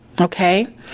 Okay